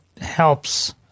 helps